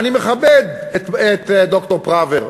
אני מכבד את ד"ר פראוור,